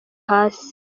hasi